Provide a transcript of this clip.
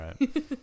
right